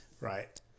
Right